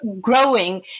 growing